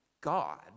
God